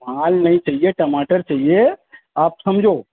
مال نہیں چاہیے ٹماٹر چاہیے آپ سمجھو